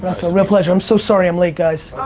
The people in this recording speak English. russell, real pleasure. i'm so sorry i'm late guys.